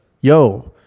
Yo